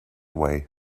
way